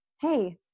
hey